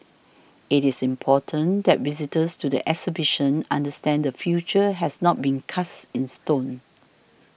it is important that visitors to the exhibition understand the future has not been cast in stone